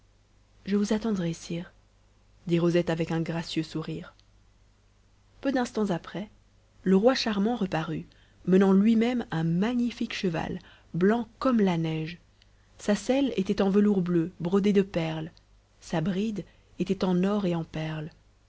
je vous attendrai sire dit rosette avec un gracieux sourire peu d'instants après le roi charmant reparut menant lui-même un magnifique cheval blanc comme la neige sa selle était en velours bleu brodée de perles sa bride était en or et en perles